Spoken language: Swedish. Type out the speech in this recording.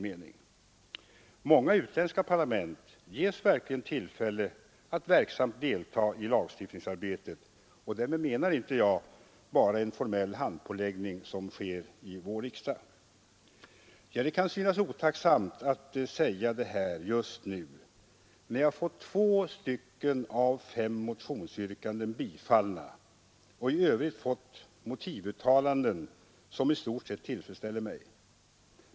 Många utländska parlament ges verkligen tillfälle att verksamt delta i lagstiftningsarbetet. Därmed menar jag inte bara en formell hand påläggning som sker i vår riksdag. Det kan synas otacksamt att säga det här just nu när jag har fått två av fem motionsyrkanden tillstyrkta och i övrigt fått motivuttalanden som i stort sett tillfredsställer mig.